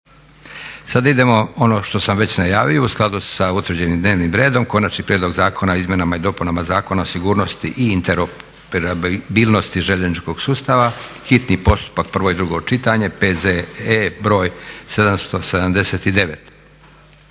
Sada idemo ono što sam već najavio u skladu sa utvrđenim dnevnim redom, Konačni prijedlog zakona o izmjenama i dopunama Zakona o sigurnosti i interoperabilnosti željezničkog sustava, hitni postupak, prvo i drugo čitanje, P.Z.E. br. 779.